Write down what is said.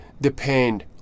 depend